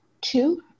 two